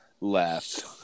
left